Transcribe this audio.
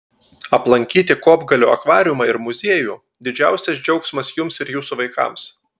aplankyti kopgalio akvariumą ir muziejų didžiausias džiaugsmas jums ir jūsų vaikams